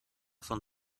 von